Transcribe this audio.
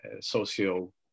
socio